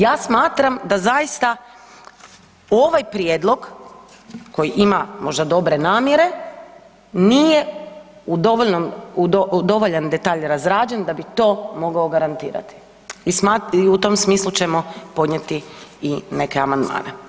Ja smatram da zaista ovaj prijedlog koji ima možda dobre namjere nije u dovoljan detalj razrađen da bi to mogao garantirati i u tom smislu ćemo podnijeti i neke amandmane.